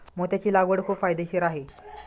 मोत्याची लागवड खूप फायदेशीर आहे